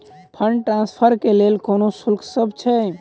Fund transfer केँ लेल कोनो शुल्कसभ छै?